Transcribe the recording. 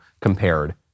compared